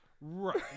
Right